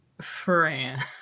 France